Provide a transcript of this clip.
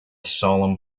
solemn